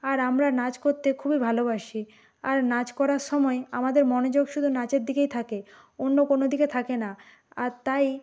আর আমরা নাচ করতে খুবই ভালোবাসি আর নাচ করার সময় আমাদের মনোযোগ শুধু নাচের দিকেই থাকে অন্য কোনো দিকে থাকে না আর তাই